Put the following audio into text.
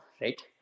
right